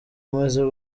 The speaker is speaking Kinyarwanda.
umeze